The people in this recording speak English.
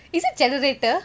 is it generator